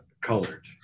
colored